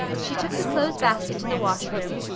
she took the clothes basket to the wash room,